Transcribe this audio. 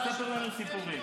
אל תספר לנו סיפורים.